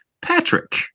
Patrick